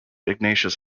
ignatius